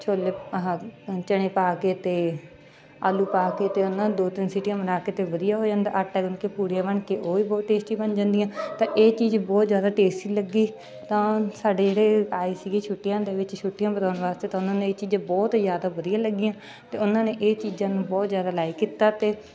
ਛੋਲੇ ਆਹ ਚਣੇ ਪਾ ਕੇ ਅਤੇ ਆਲੂ ਪਾ ਕੇ ਅਤੇ ਉਹਨਾਂ ਨੂੰ ਦੋ ਤਿੰਨ ਸੀਟੀਆਂ ਬਣਾ ਕੇ ਅਤੇ ਵਧੀਆ ਹੋ ਜਾਂਦਾ ਆਟਾ ਗੁੰਨ ਕੇ ਪੂਰੀਆ ਬਣ ਕੇ ਉਹ ਵੀ ਬਹੁਤ ਟੇਸਟੀ ਬਣ ਜਾਂਦੀਆਂ ਤਾਂ ਇਹ ਚੀਜ਼ ਬਹੁਤ ਜ਼ਿਆਦਾ ਟੇਸਟੀ ਲੱਗੀ ਤਾਂ ਸਾਡੇ ਜਿਹੜੇ ਆਏ ਸੀਗੇ ਛੁੱਟੀਆਂ ਦੇ ਵਿੱਚ ਛੁੱਟੀਆਂ ਬਿਤਾਉਣ ਵਾਸਤੇ ਤਾਂ ਉਹਨਾਂ ਨੇ ਇਹ ਚੀਜ਼ਾਂ ਬਹੁਤ ਜ਼ਿਆਦਾ ਵਧੀਆ ਲੱਗੀਆਂ ਅਤੇ ਉਹਨਾਂ ਨੇ ਇਹ ਚੀਜ਼ਾਂ ਨੂੰ ਬਹੁਤ ਜ਼ਿਆਦਾ ਲਾਇਕ ਕੀਤਾ ਅਤੇ